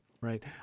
right